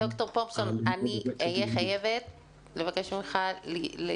פרופ' פומזון, אני אהיה חייבת לבקש ממך לסכם.